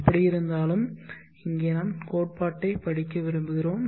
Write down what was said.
எப்படியிருந்தாலும் இங்கே நாம் கோட்பாட்டை படிக்க விரும்புகிறோம்